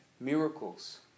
Miracles